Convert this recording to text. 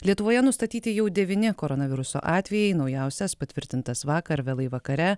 lietuvoje nustatyti jau devyni koronaviruso atvejai naujausias patvirtintas vakar vėlai vakare